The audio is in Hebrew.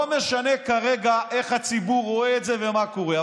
לא משנה כרגע איך הציבור רואה את זה ומה קורה.